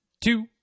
two